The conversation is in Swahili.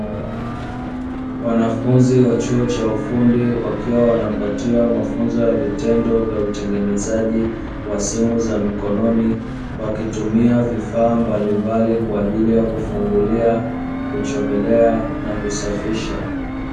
Wanafunzi wa chuo cha ufundi wakiwa wanapatiwa mafunzo ya vitendo vya utengenezaji wa simu za mikononi, wakitumia vifaa mbalimbali kwa ajili ya kufungulia, kuchomelea, na kusafisha.